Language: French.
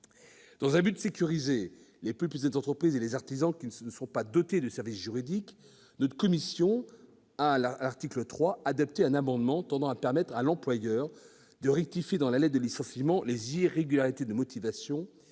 la loi. Afin de sécuriser les plus petites entreprises et les artisans qui ne sont pas dotés de service juridique, la commission a adopté, à l'article 3, un amendement tendant à permettre à l'employeur de « rectifier dans la lettre de licenciement les irrégularités de motivation